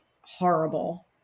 horrible